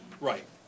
Right